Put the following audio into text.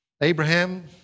Abraham